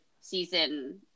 season